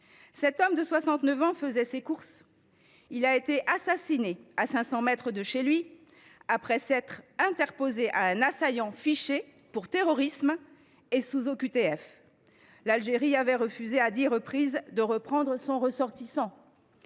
Cet homme de 69 ans faisait ses courses. Il a été assassiné à 500 mètres de chez lui, après s’être interposé face à un assaillant fiché pour terrorisme et sous OQTF. L’Algérie avait refusé à dix reprises de reprendre son ressortissant.